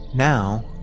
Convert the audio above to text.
Now